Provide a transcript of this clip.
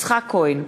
יצחק כהן,